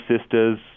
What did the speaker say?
sisters